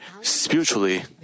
spiritually